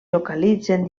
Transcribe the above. localitzen